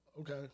Okay